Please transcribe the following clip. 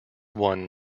won